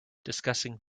discussing